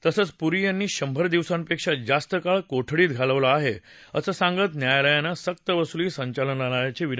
तसंच पुरी यांनी शंभर दिवसापेक्षा जास्त काळ कोठडीत घालवला आहे असं सांगत न्यायालयानं सक्तवसुली संचालनालयाची विनंती फेटाळली